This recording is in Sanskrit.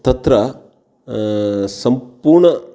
तत्र सम्पूर्णानाम्